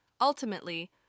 Ultimately